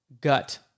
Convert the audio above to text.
gut